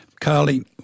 Carly